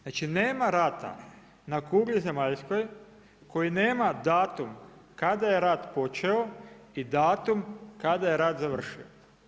Znači nema rata na kugli zemaljskoj koji nema datum kada je rat počeo i datum kada je rat završio.